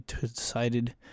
decided